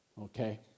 Okay